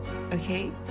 okay